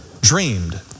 dreamed